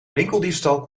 winkeldiefstal